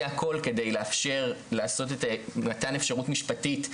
הכל על מנת לאפשר לעשות את מתן האפשרות משפטית,